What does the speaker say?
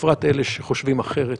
בפרט אלה שחושבים אחרת